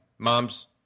Mom's